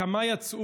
1. כמה יצאו,